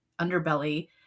underbelly